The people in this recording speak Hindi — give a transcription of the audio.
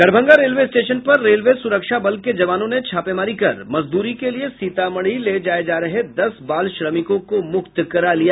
दरभंगा रेलवे स्टेशन पर रेलवे सुरक्षा बल के जवानों ने छापेमारी कर मजदूरी के लिए सीतामढ़ी ले जाये जा रहे दस बाल श्रमिकों को मुक्त करा लिया